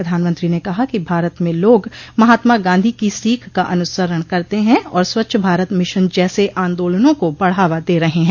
प्रधानमंत्री ने कहा कि भारत में लोग महात्मा गांधी की सीख का अनुसरण करते हैं और स्वच्छ भारत मिशन जैसे आंदोलनों को बढ़ावा दे रहे हैं